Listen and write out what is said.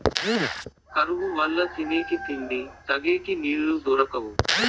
కరువు వల్ల తినేకి తిండి, తగేకి నీళ్ళు దొరకవు